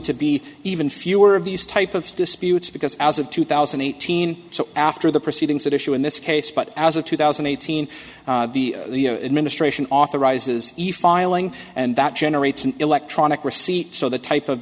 to be even fewer of these type of disputes because as of two thousand and eighteen so after the proceedings that issue in this case but as of two thousand and eighteen the administration authorizes e file ing and that generates an electronic receipt so the type of